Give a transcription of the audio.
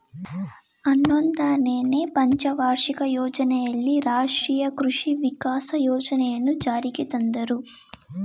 ಹನ್ನೊಂದನೆನೇ ಪಂಚವಾರ್ಷಿಕ ಯೋಜನೆಯಲ್ಲಿ ರಾಷ್ಟ್ರೀಯ ಕೃಷಿ ವಿಕಾಸ ಯೋಜನೆಯನ್ನು ಜಾರಿಗೆ ತಂದರು